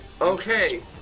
Okay